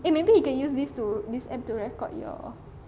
eh maybe you can use this to this app to record your